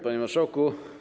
Panie Marszałku!